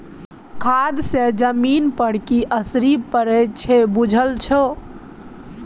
खाद सँ जमीन पर की असरि पड़य छै बुझल छौ